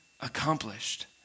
accomplished